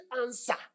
answer